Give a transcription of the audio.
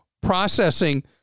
processing